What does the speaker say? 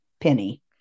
penny